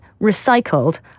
recycled